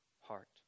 heart